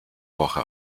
woche